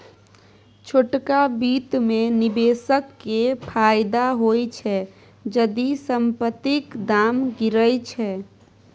छोटका बित्त मे निबेशक केँ फायदा होइ छै जदि संपतिक दाम गिरय छै